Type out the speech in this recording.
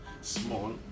small